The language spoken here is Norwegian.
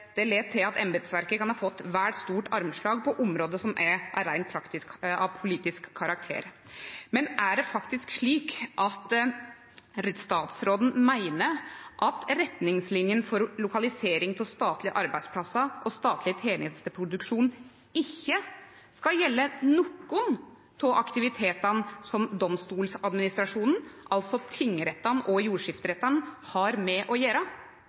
til at embetsverket kan ha fått vel stort armslag på område som er av reint politisk karakter. Meiner statsråden at retningslinjene for lokalisering av statlege arbeidsplassar og statleg tenesteproduksjon ikkje skal gjelde nokon av aktivitetane som Domstoladministrasjonen, altså tingrettane og jordskifterettane, har med å